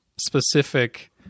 specific